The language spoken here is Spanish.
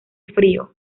frío